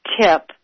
tip